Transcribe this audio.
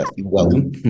welcome